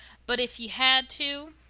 but if you had to?